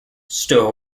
stow